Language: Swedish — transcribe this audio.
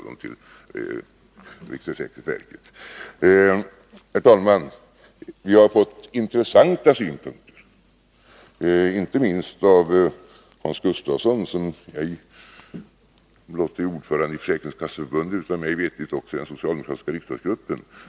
Herr talman! Vi har fått intressanta synpunkter, inte minst av Hans Gustafsson, som inte blott är ordförande i Försäkringskasseförbundet, utan mig veterligt också i den socialdemokratiska riksdagsgruppen.